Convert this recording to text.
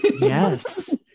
Yes